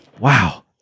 Wow